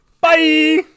bye